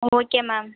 okay ma'am